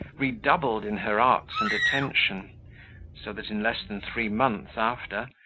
redoubled in her arts and attention so that, in less than three months after,